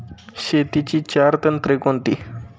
शेतीची चार तंत्रे कोणती?